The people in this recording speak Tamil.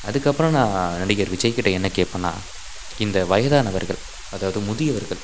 அதுக்கப்பறம் நான் நடிகர் விஜய்கிட்டே என்ன கேட்பேன்னா இந்த வயதானவர்கள் அதாவது முதியவர்கள்